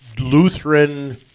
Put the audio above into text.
Lutheran